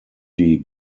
die